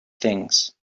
things